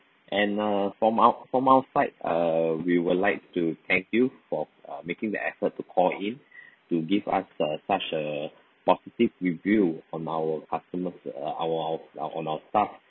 and uh from our from our side uh we would like to thank you for uh making the effort to call in to give us a such a positive review from our customers uh our our uh on our staff